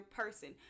person